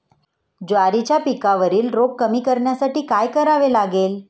ज्वारीच्या पिकावरील रोग कमी करण्यासाठी काय करावे लागेल?